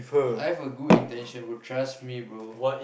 I have a good intention trust me bro